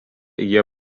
jie